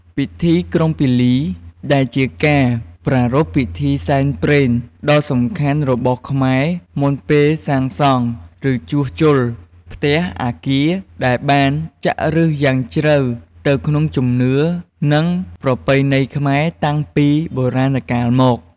ពិធីក្រុងពាលី ដែលជាការប្រារព្ធពិធីសែនព្រែនដ៍សំខាន់របស់ខ្មែរមុនពេលសាងសង់ ឬជួសជុល ផ្ទះ អគារ ដែលបានចាក់ឫសយ៉ាងជ្រៅទៅក្នុងជំនឿ និងប្រពៃណីខ្មែរតាំងពីបុរាណកាលមក។